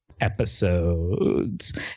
episodes